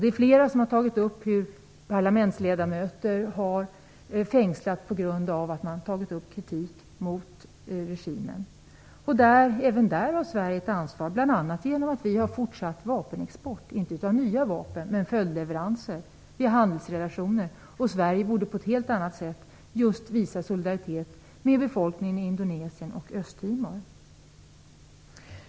Det är flera som har tagit upp hur parlamentsledamöter har fängslats på grund av kritik mot regimen. Även där har Sverige ett ansvar, bl.a. genom att vi fortsatt har vapenexport. Det är inte fråga om nya vapen utan det handlar om följdleveranser. Vi har handelsrelationer. Sverige borde på ett helt annat sätt visa solidaritet med befolkningen i Indonesien och i Östtimor.